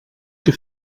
que